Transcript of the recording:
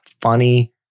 funny